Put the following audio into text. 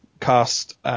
cast